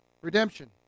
Redemption